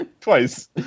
Twice